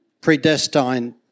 predestined